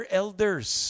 elders